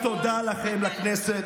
אבל אדוני היושב-ראש,